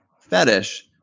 fetish